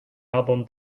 album